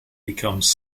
becomes